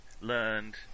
learned